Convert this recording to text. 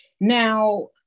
Now